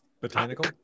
Botanical